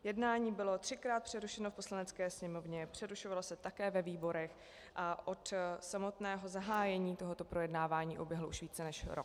Jednání bylo třikrát přerušeno v Poslanecké sněmovně, přerušovalo se také ve výborech a od samotného zahájení tohoto projednávání uběhl už více než rok.